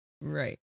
right